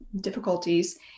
difficulties